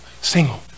single